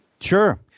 Sure